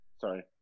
sorry